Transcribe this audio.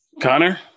Connor